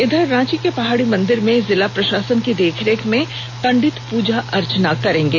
इधर रांची के पहाड़ी मंदिर में जिला प्रशासन की देखरेख में पंडित पूजा अर्चना करेंगे